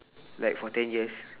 like for ten years